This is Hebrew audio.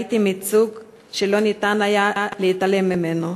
ראיתי מיצג שלא ניתן היה להתעלם ממנו,